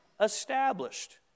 established